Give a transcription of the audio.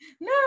No